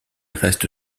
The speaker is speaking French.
reste